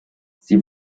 sie